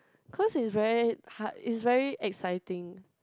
cause is very hard is very exciting